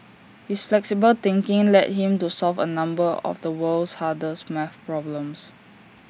his flexible thinking led him to solve A number of the world's hardest math problems